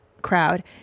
Crowd